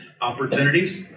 opportunities